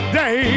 day